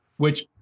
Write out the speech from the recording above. which,